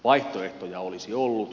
vaihtoehtoja olisi ollut